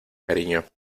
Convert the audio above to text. cariño